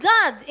God